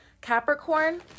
Capricorn